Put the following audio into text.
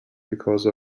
because